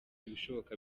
ibishoboka